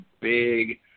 big